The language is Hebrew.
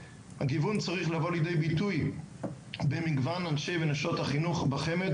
הגיוון צריך לבוא לידי ביטוי במגוון אנשי ונשות החינוך בחמ"ד,